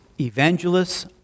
evangelists